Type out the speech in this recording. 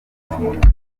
agahomamunwa